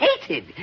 hated